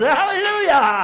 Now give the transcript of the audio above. Hallelujah